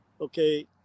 okay